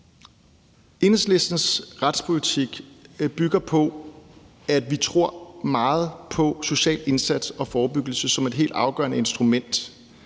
Enhedslistens retspolitik bygger på, at vi tror meget på social indsats og forebyggelse som et helt afgørende instrument